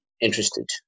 interested